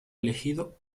elegido